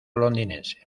londinense